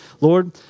Lord